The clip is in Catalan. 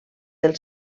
del